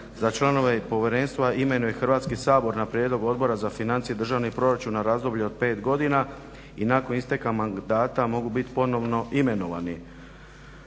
da članove povjerenstva imenuje Hrvatski sabor na prijedlog Odbora za financije, državni proračun na razdoblje od pet godina i nakon isteka mandata mogu biti ponovno imenovani.